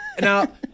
now